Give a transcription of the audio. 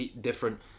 different